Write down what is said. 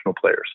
players